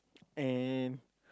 and